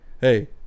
hey